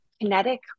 kinetic